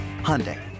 Hyundai